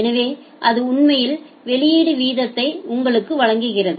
எனவே அது உண்மையில் வெளியீட்டு வீதத்தை உங்களுக்கு வழங்குகிறது